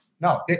No